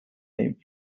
name